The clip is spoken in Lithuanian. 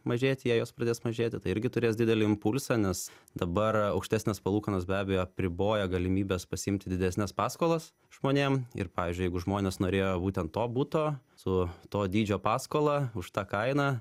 mažėti jei jos pradės mažėti tai irgi turės didelį impulsą nes dabar aukštesnės palūkanos be abejo apriboja galimybes pasiimti didesnes paskolas žmonėm ir pavyzdžiui jeigu žmonės norėjo būtent to buto su to dydžio paskola už tą kainą